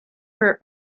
her